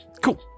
cool